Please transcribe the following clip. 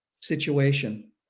situation